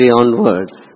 onwards